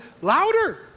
louder